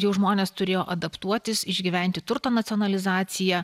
jau žmonės turėjo adaptuotis išgyventi turto nacionalizaciją